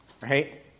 right